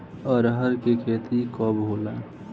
अरहर के खेती कब होला?